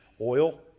oil